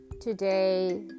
today